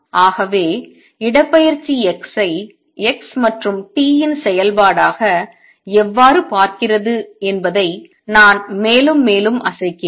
ஆகவே இடப்பெயர்ச்சி x ஐ x மற்றும் t இன் செயல்பாடாக எவ்வாறு பார்க்கிறது என்பதை நான் மேலும் மேலும் அசைக்கிறேன்